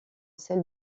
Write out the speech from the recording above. celle